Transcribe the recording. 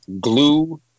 glue